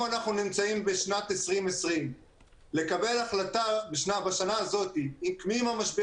אנחנו נמצאים היום בשנת 2020. לקבל החלטה בשנה הזאת במשבר